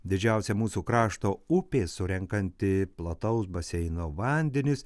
didžiausia mūsų krašto upė surenkanti plataus baseino vandenis